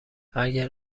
اگر